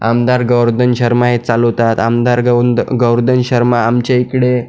आमदार गोवर्दन शर्मा हे चालवतात आमदार गवंद गोवर्दन शर्मा आमच्या इकडे